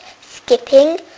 skipping